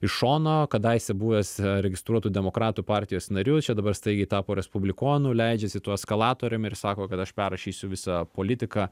iš šono kadaise buvęs registruotų demokratų partijos nariu čia dabar staigiai tapo respublikonu leidžiasi tuo eskalatorium ir sako kad aš perrašysiu visą politiką